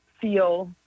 feel